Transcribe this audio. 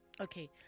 okay